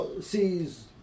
sees